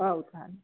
ହଉ ତା'ହେଲେ